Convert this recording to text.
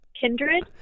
kindred